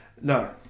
No